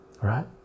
right